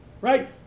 Right